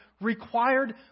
required